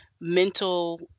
mental